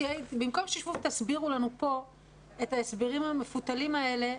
במקום שתסבירו לנו פה את ההסברים המפותלים האלה,